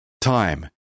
time